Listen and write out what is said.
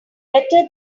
better